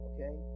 Okay